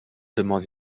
demande